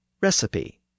recipe